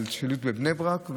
שאלתי על שילוט בבני ברק,